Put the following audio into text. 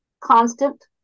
constant